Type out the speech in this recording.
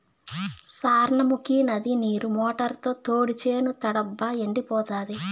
సార్నముకీ నది నీరు మోటారుతో తోడి చేను తడపబ్బా ఎండిపోతాంది